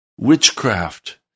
Witchcraft